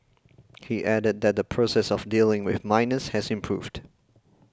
he added that the process of dealing with minors has improved